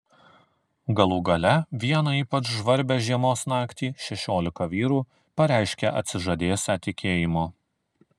galų gale vieną ypač žvarbią žiemos naktį šešiolika vyrų pareiškė atsižadėsią tikėjimo